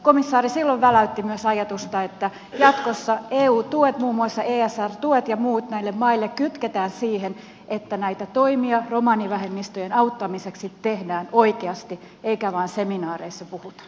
komissaari silloin väläytti myös ajatusta että jatkossa eu tuet muun muassa esr tuet ja muut kytketään näille maille siihen että näitä toimia romanivähemmistöjen auttamiseksi tehdään oikeasti eikä vaan seminaareissa puhuta